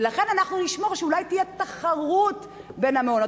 ולכן, אנחנו נשמור שאולי תהיה תחרות בין המעונות.